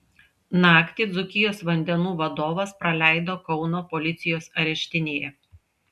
naktį dzūkijos vandenų vadovas praleido kauno policijos areštinėje